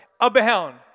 abound